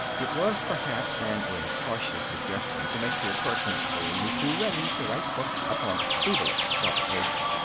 it was perhaps an incautious suggestion to make to a person only too ready to write books upon the feeblest provocation.